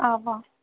اَوا